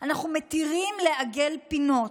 אנחנו מתירים לעגל פינות.